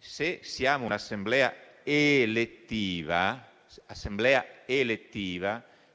se siamo un'Assemblea elettiva,